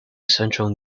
central